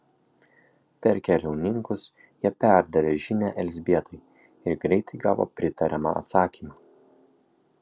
per keliauninkus jie perdavė žinią elzbietai ir greitai gavo pritariamą atsakymą